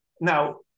Now